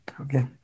okay